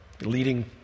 leading